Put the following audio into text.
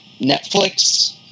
Netflix